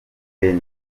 ben